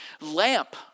lamp